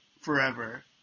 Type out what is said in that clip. forever